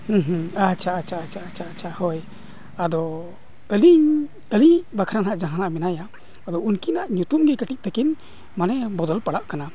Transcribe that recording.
ᱦᱮᱸ ᱦᱮᱸ ᱟᱪᱪᱷᱟ ᱟᱪᱪᱷᱟ ᱟᱪᱪᱷᱟ ᱦᱳᱭ ᱟᱫᱚ ᱟᱹᱞᱤᱧ ᱟᱹᱞᱤᱧ ᱤᱡ ᱵᱟᱠᱷᱨᱟ ᱦᱟᱸᱜ ᱡᱟᱦᱟᱸᱭ ᱦᱟᱸᱜ ᱢᱮᱱᱟᱭᱟ ᱟᱫᱚ ᱩᱱᱠᱤᱱᱟᱜ ᱧᱩᱛᱩᱢ ᱜᱮ ᱠᱟᱹᱴᱤᱡ ᱛᱟᱹᱠᱤᱱ ᱢᱟᱱᱮ ᱵᱚᱫᱚᱞ ᱯᱟᱲᱟᱜ ᱠᱟᱱᱟ